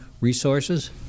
resources